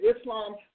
Islam